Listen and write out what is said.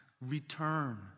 return